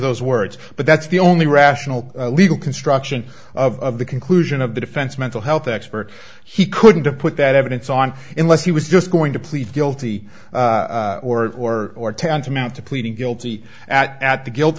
those words but that's the only rational legal construction of the conclusion of the defense mental health expert he couldn't have put that evidence on unless he was just going to plead guilty or or tantamount to pleading guilty at the guilt